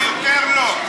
לא, יותר לא.